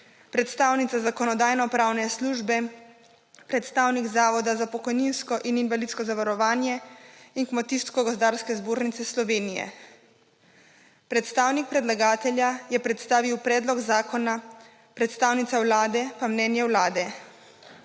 predstavnica Zakonodajno-pravne službe, predstavnik Zavoda za pokojninsko in invalidsko zavarovanje in Kmetijsko-gozdarske zbornice Slovenije. Predstavnik predlagatelja je predstavil predlog zakona, predstavnica Vlade pa mnenje Vlade.